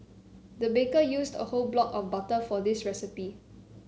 the baker used a whole block of butter for this recipe